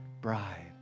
bride